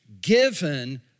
given